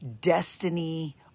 destiny